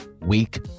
week